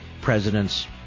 president's